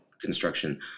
construction